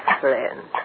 friend